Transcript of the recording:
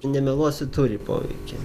nemeluosiu turi poveikį